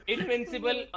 Invincible